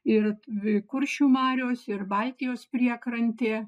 ir vi kuršių marios ir baltijos priekrantė